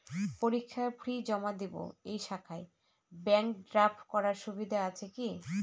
পরীক্ষার ফি জমা দিব এই শাখায় ব্যাংক ড্রাফট করার সুবিধা আছে কি?